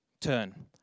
turn